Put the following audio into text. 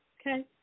Okay